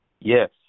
Yes